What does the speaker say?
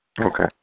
Okay